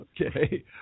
Okay